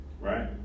right